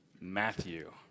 Matthew